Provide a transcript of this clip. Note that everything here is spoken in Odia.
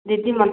ଦିଦି ମୋତେ